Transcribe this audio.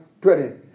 20